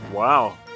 Wow